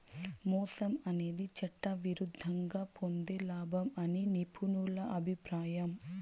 మోసం అనేది చట్టవిరుద్ధంగా పొందే లాభం అని నిపుణుల అభిప్రాయం